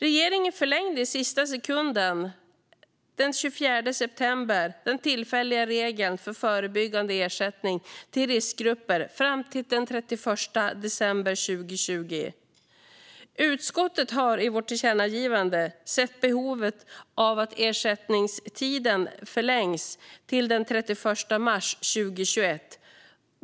Regeringen förlängde i sista sekund, den 24 september, den tillfälliga regeln för förebyggande ersättning till riskgrupper fram till den 31 december 2020. Utskottet ser i sitt tillkännagivande behovet av att ersättningstiden förlängs till den 31 mars 2021.